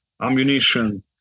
ammunition